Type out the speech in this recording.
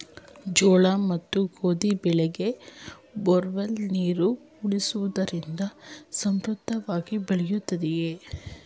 ಜೋಳ ಮತ್ತು ಗೋಧಿ ಬೆಳೆಗೆ ಬೋರ್ವೆಲ್ ನೀರು ಉಣಿಸುವುದರಿಂದ ಸಮೃದ್ಧಿಯಾಗಿ ಬೆಳೆಯುತ್ತದೆಯೇ?